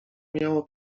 miało